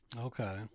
Okay